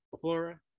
Flora